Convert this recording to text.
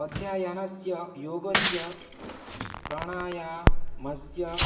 अध्ययनस्य योगस्य प्राणायामस्य